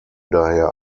daher